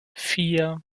vier